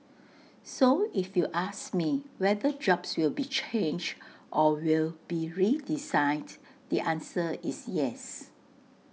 so if you ask me whether jobs will be changed or will be redesigned the answer is yes